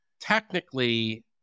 technically